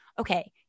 Okay